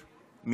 מזיק,